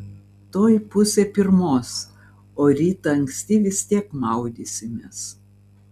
tuoj pusė pirmos o rytą anksti vis tiek maudysimės